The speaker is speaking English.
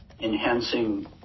enhancing